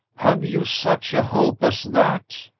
have you such a hope as that?